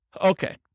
Okay